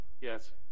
Yes